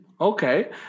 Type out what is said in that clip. Okay